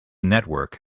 network